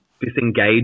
disengage